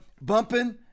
bumping